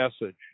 message